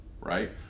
right